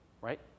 right